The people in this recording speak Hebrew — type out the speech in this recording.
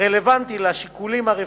רלוונטי לשיקולים הרפואיים,